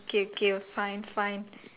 okay okay fine fine